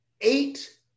Eight